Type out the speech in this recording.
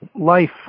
life